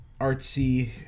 artsy